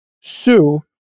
sue